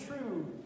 true